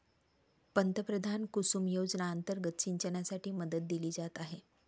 पंतप्रधान कुसुम योजना अंतर्गत सिंचनासाठी मदत दिली जात आहे